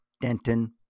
Denton